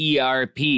ERP